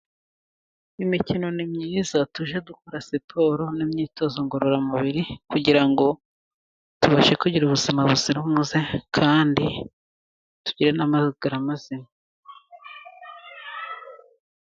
Imikino ni myiza, tujye dukora siporo n'imyitozo ngororamubiri, kugira ngo tubashe kugira ubuzima buzira umuze, kandi tugire n'amagara mazima.